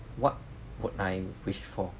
what would I wish for